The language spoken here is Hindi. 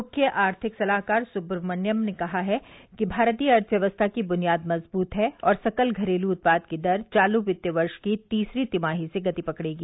मुख्य आर्थिक सलाहकार सुब्रमण्यन ने कहा है कि भारतीय अर्थव्यवस्था की बुनियाद मजबूत हैं और सकल घरेलू उत्पाद की दर चालू वित्त वर्ष की तीसरी तिमाही से गति पकड़ेगी